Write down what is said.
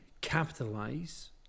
capitalize